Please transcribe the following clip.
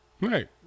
Right